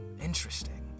Interesting